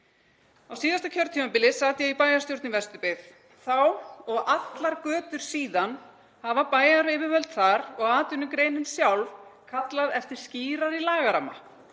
Á síðasta kjörtímabili sat ég í bæjarstjórn í Vesturbyggð. Þá og allar götur síðan hafa bæjaryfirvöld þar og atvinnugreinin sjálf kallað eftir skýrari lagaramma